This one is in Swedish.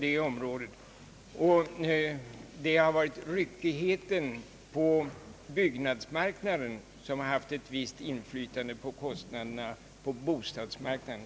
Det har varit ryckigheten på byggnadsmarknaden som haft ett visst inflytande på kostnaderna på bostadsmarknaden.